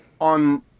on